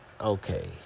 okay